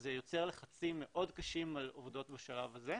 זה יוצר לחצים מאוד קשים על עובדות בשלב הזה.